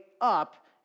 up